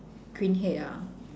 green head ah